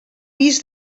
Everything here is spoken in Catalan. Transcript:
pis